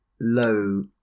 low